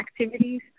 activities